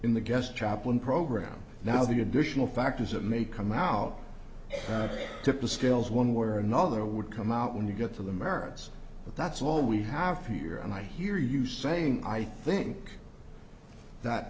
in the guest chaplain program now the additional factors that may come out took the scales one way or another would come out when you get to the merits but that's all we have here and i hear you saying i think that